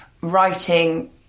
writing